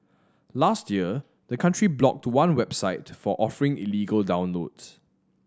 last year the country blocked to one website for offering illegal downloads